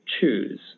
choose